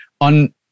on